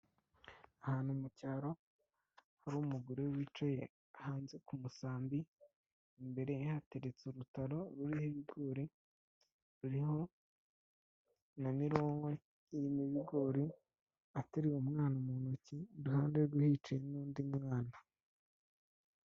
Ahantu mu cyaro, hari umugore wicaye hanze ku musambi, imbere ye hateretse urutaro ruriho ibigori, ruriho na mironko irimo ibigori, ateruye umwana mu ntoki, iruhande rwe hicaye n'undi mwana.